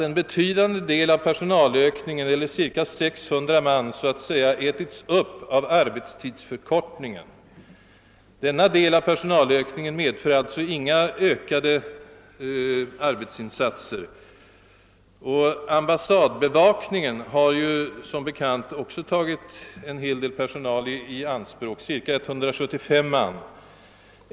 En betydande del av personalökningen eller cirka 600 man har också så att säga »ätits upp« av arbetstidsförkortningen. Denna del av personalökningen medför alltså inga ökade arbetsinsatser. Ambassadbevakningen har som bekant också tagit en hel del personal i anspråk — cirka 175 man.